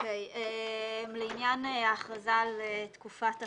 לעניין ההכרזה על תקופת החירום,